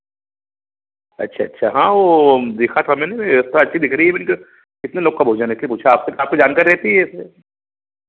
अच्छा अच्छा हाँ वह देखा था मैंने व्यवस्था अच्छी दिख रही है बड़ी तो कितने लोग का भोजन है इसलिए पूछा आपसे आपको जानकारी रहती है इसमें